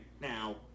now